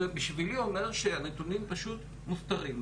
בשבילי זה אומר שהנתונים פשוט מוסתרים,